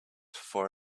for